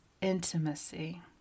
intimacy